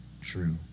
true